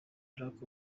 barack